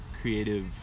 creative